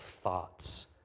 thoughts